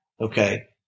Okay